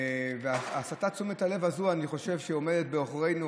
ואני חושב שהסטת תשומת הלב הזאת עומדת בעוכרינו.